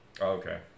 Okay